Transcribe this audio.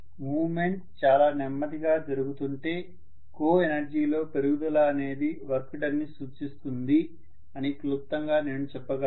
moment చాలా నెమ్మదిగా జరుగుతుంటే కోఎనర్జీ లో పెరుగుదల అనేది వర్క్ డన్ ని సూచిస్తుంది అని క్లుప్తంగా నేను చెప్పగలను